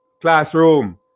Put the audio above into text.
classroom